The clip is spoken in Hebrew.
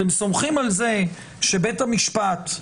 אתם סומכים על זה שבית המשפט,